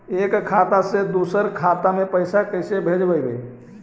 एक खाता से दुसर के खाता में पैसा कैसे भेजबइ?